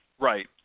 Right